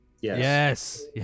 Yes